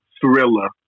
thriller